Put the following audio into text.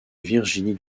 virginie